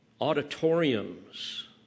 auditoriums